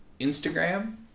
Instagram